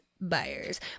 buyers